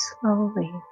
slowly